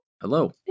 Hello